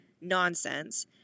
nonsense